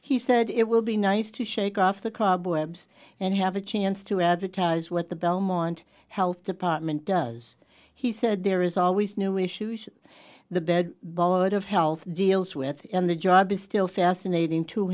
he said it will be nice to shake off the cobwebs and have a chance to advertise what the belmont health department does he said there is always new issues the bed board of health deals with in the job is still fascinating to